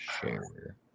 share